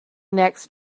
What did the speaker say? next